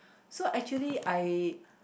so actually I